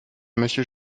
monsieur